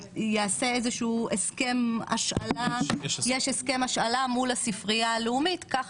יש הסכם השאלה מול הספרייה הלאומית כך